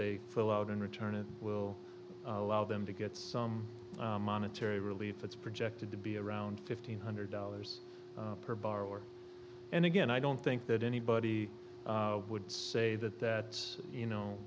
they fill out and return it will allow them to get some monetary relief it's projected to be around fifteen hundred dollars per borrower and again i don't think that anybody i would say that that you know